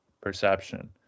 perception